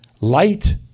light